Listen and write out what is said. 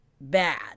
bad